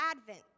Advent